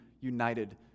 united